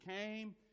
came